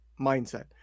mindset